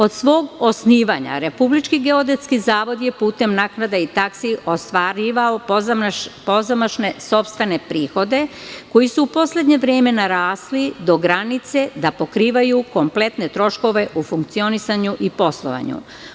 Od svog osnivanja RGZ je putem naknada i taksi ostvarivao pozamašne sopstvene prihode koji su u poslednje vreme narasli do granice da pokrivaju kompletne troškove u funkcionisanju i poslovanju.